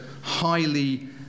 highly